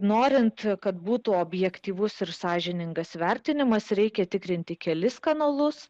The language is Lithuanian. norint kad būtų objektyvus ir sąžiningas vertinimas reikia tikrinti kelis kanalus